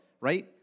right